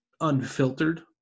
unfiltered